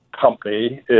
Company